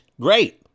great